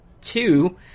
Two